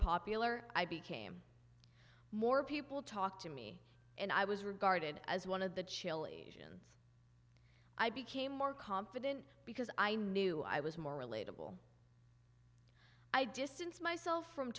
popular i became more people talk to me and i was regarded as one of the chile and i became more confident because i knew i was more relatable i distance myself from